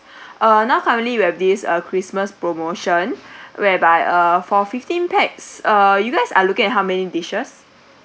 uh now currently with this uh christmas promotion whereby uh for fifteen pax uh you guys are looking at how many dishes